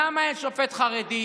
למה אין שופט חרדי?